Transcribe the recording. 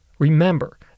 Remember